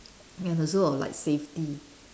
and also of like safety